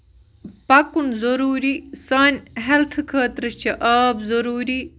پَکُن ضروٗری سانہِ ہیٚلتھٕ خٲطرٕ چھِ آب ضروٗری